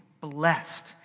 blessed